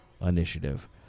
Initiative